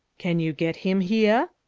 can you get him heah?